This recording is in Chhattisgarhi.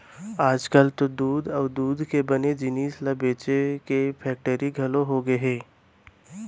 आजकाल तो दूद अउ दूद के बने जिनिस ल बेचे के फेक्टरी घलौ होगे हे